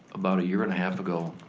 about a year and a half ago,